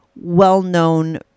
well-known